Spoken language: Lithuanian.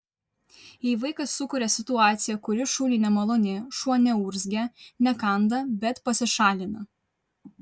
jei vaikas sukuria situaciją kuri šuniui nemaloni šuo neurzgia nekanda bet pasišalina